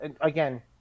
Again